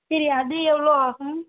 சரி அது எவ்வளோ ஆகும்